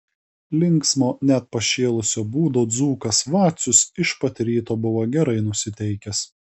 linksmo net pašėlusio būdo dzūkas vacius iš pat ryto buvo gerai nusiteikęs